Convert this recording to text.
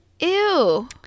Ew